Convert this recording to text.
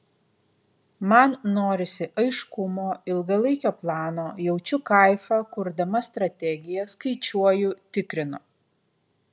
man norisi aiškumo ilgalaikio plano jaučiu kaifą kurdama strategiją skaičiuoju tikrinu